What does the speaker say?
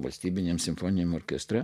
valstybiniame simfoniniame orkestre